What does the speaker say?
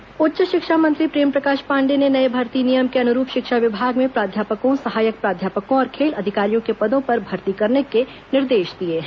नई भर्ती निर्देश उच्च शिक्षा मंत्री प्रेमप्रकाश पांडेय ने नये भर्ती नियम के अनुरूप शिक्षा विभाग में प्राध्यापकों सहायक प्राध्यापकों और खेल अधिकारियों के पदों पर भर्ती करने के निर्देश दिए हैं